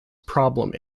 problem